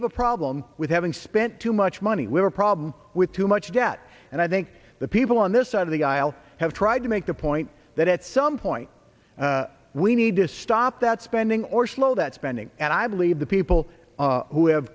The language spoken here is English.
have a problem with having spent too much money with a problem with too much debt and i think the people on this side of the aisle have tried to make the point that at some point we need to stop that spending or slow that spending and i believe the people